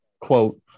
quote